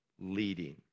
leading